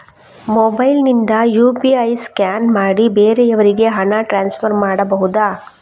Mobile ನಿಂದ UPI scan ಮಾಡಿ ಬೇರೆಯವರಿಗೆ ಹಣ ಟ್ರಾನ್ಸ್ಫರ್ ಮಾಡಬಹುದ?